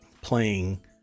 playing